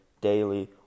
Daily